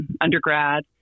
undergrad